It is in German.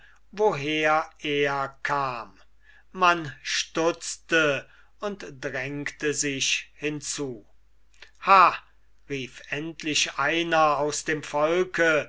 woher er kam man stutzte und drängte sich hinzu ha rief endlich einer aus dem volke